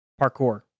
parkour